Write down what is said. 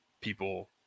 people